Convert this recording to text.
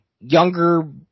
younger